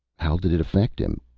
how did it affect him?